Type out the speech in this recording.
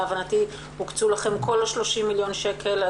להבנתי הוקצו לכם כל ה-30 מיליון שקל.